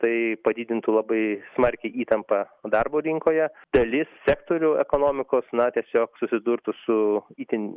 tai padidintų labai smarkiai įtampą darbo rinkoje dalis sektorių ekonomikos na tiesiog susidurtų su itin